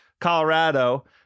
Colorado